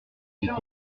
dit